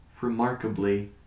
remarkably